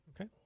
Okay